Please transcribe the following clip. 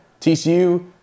TCU